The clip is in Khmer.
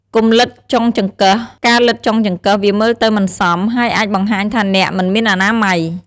កុំលិទ្ធចុងចង្កឹះ ការលិទ្ធចុងចង្កឹះ វាមើលទៅមិនសម ហើយអាចបង្ហាញថាអ្នកមិនមានអនាម័យ។